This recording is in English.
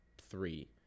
three